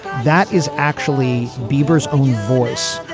that is actually bieber's own voice,